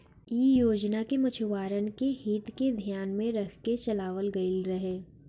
इ योजना के मछुआरन के हित के धियान में रख के चलावल गईल रहे